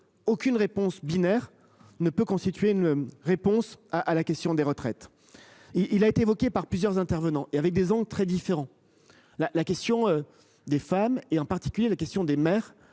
aucune réponse binaire ne peut constituer une réponse à la question des retraites. Il a été évoqué par plusieurs intervenants et avec des angles très différents. La la question des femmes et en particulier la question des mères